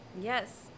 Yes